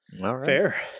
Fair